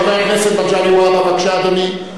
חבר הכנסת מגלי והבה, בבקשה, אדוני.